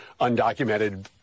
undocumented